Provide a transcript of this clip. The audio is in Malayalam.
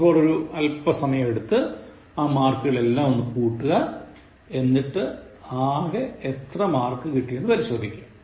ഇപ്പോൾ ഒരു അല്പ സമയം എടുത്ത് ആ മാർക്കുകൾ എല്ലാം ഒന്ന് കൂട്ടുക എന്നിട്ട് ആകെ എത്ര മാർക്ക് കിട്ടി എന്ന് പരിശോധിക്കുക